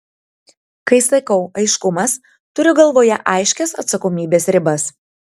kai sakau aiškumas turiu galvoje aiškias atsakomybės ribas